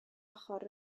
ochr